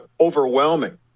overwhelming